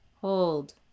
Hold